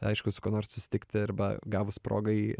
aišku su kuo nors susitikti arba gavus progai